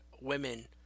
women